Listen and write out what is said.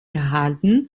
erhalten